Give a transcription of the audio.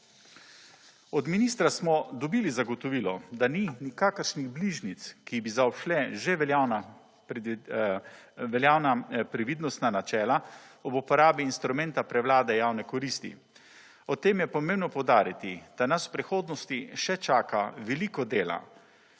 Od ministra sm dobili zagotovilo, da ni nikakršnih bližnjic, ki bi zaobšle že veljavna previdnostna načela, ob uporabi instrumenta prevlade javne koristi. Ob tem je pomembno poudariti, da nas v prihodnosti še čaka veliko dela,